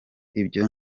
ibyo